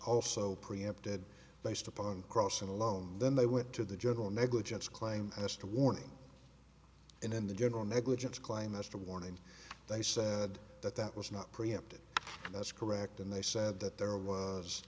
also preempted based upon crossing alone then they went to the general negligence claim just a warning in the general negligence claim that's the warning they said that that was not preempted that's correct and they said that there was